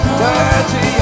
dirty